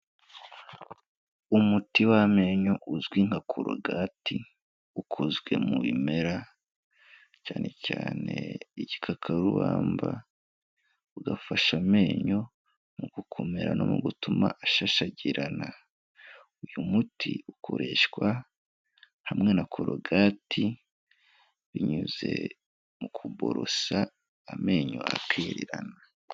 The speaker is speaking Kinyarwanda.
Umuti w'amenyo uzwi nka korogate ukozwe mu bimera, cyane cyane igikakarubamba, ugafasha amenyo mu gukomera no mu gutuma ashashagirana. Uyu muti ukoreshwa hamwe na korogati binyuze mu kuborosa amenyo akererana.